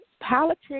Politics